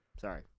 Sorry